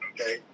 Okay